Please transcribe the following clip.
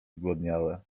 zgłodniałe